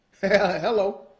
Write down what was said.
Hello